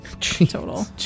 total